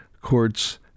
Courts